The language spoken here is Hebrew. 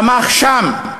צמח שם,